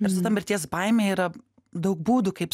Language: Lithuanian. ir su ta mirties baime yra daug būdų kaip